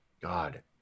God